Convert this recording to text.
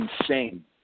insane